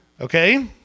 Okay